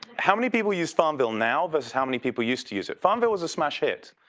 how many people use farmville now versus how many people used to use it? farmville was a smash hit,